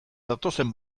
datozen